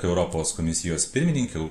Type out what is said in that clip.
europos komisijos pirmininkę